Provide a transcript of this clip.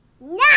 No